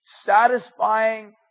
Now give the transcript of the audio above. satisfying